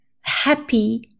happy